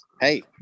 Hey